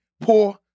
poor